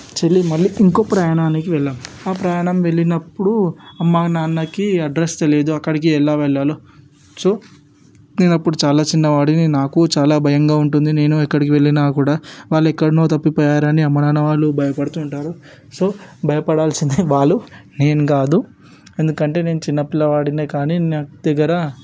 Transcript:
చెల్లి మళ్లీ ఇంకో ప్రయాణానికి వెళ్ళాము ఆ ప్రయాణం వెళ్ళినప్పుడు అమ్మ నాన్నకి అడ్రస్ తెలియదు అక్కడికి ఎలా వెళ్ళాలో సో నేను అప్పుడు చాలా చిన్న వాడిని నాకు చాలా భయంగా ఉంటుంది నేను ఎక్కడికి వెళ్ళినా కూడా వాళ్ళు ఎక్కడున్నారో తప్పిపోయారని అమ్మ నాన్న వాళ్ళు భయపడుతుంటారు సో భయపడాల్సిందే వాళ్ళు నేను కాదు ఎందుకంటే నేను చిన్న పిల్లవాడినే కానీ నా దగ్గర